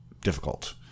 difficult